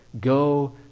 Go